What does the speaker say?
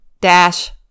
dash